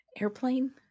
airplane